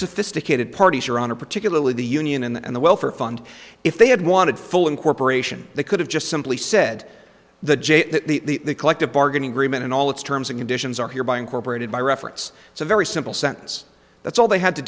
sophisticated parties your honor particularly the union and the welfare fund if they had wanted full incorporation they could have just simply said the j the collective bargaining agreement and all its terms and conditions are hereby incorporated by reference it's a very simple sentence that's all they had to